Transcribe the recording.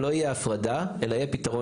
זה משהו זמני שהוא לא רלוונטי בכלל להפרדה.